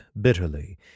bitterly